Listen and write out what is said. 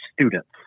students